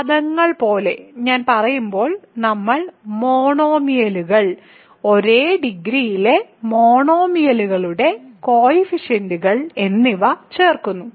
പദങ്ങൾ പോലെ ഞാൻ പറയുമ്പോൾ നമ്മൾ മോണോമിയലുകൾ ഒരേ ഡിഗ്രിയിലെ മോണോമിയലുകളുടെ കോയിഫിഷ്യന്റുകൾ എന്നിവ ചേർക്കുന്നു